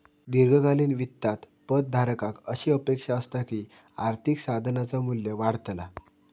दीर्घकालीन वित्तात पद धारकाक अशी अपेक्षा असता की आर्थिक साधनाचा मू्ल्य वाढतला